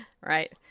Right